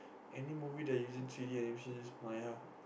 any movie that using three-d animation use Maya